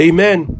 Amen